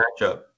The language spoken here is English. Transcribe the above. matchup